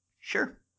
sure